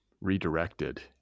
redirected